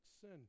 sin